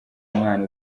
umwana